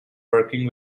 working